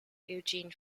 eugene